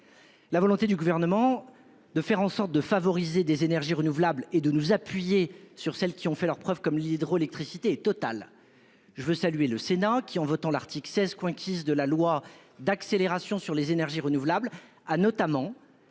La volonté du gouvernement de faire en sorte de favoriser des énergies renouvelables et de nous appuyer sur celles qui ont fait leurs preuves, comme l'hydroélectricité. Je veux saluer le Sénat qui en votant l'article 16 quinquies de la loi d'accélération sur les énergies renouvelables a notamment